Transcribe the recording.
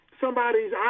somebody's